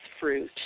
fruit